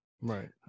right